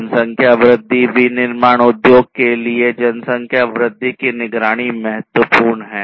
जनसंख्या वृद्धि विनिर्माण उद्योग के लिए जनसंख्या वृद्धि की निगरानी महत्वपूर्ण है